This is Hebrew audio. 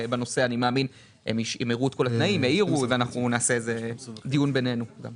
תקופה